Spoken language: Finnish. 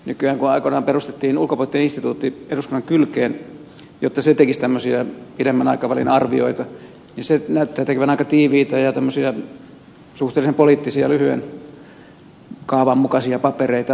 kun aikoinaan perustettiin ulkopoliittinen instituutti eduskunnan kylkeen jotta se tekisi tämmöisiä pidemmän aikavälin arvioita niin se näyttää tekevän aika tiiviitä ja tämmöisiä suhteellisen poliittisia lyhyen kaavan mukaisia papereita